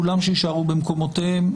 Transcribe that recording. שכולם יישארו במקומותיהם.